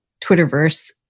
Twitterverse